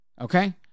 okay